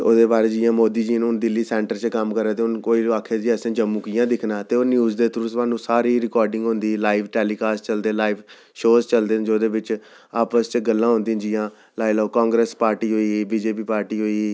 ओह्दे बाद जि'यां मोदी जी न जि'यां दिल्ली सेंटर च कम्म करा दे हून कोई आक्खे कि जी असें जम्मू कि'यां दिक्खना ऐ ओह् न्यूज़ दे थ्रू सानूं सारी रिकार्डिंग होंदी लाइव टेलीकॉस्ट चलदे लाइव शो चलदे न जेह्दे बिच आपस च गल्लां होंदियां न जि'यां लाई लैओ कांग्रेस पार्टी होई बी जे पी पार्टी होई